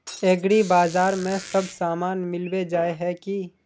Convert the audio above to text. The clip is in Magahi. एग्रीबाजार में सब सामान मिलबे जाय है की?